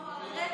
אמרנו "על רקע".